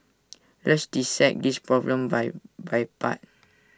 let's dissect this problem by by part